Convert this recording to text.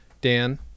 Dan